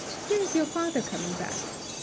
here is your father coming back.